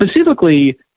specifically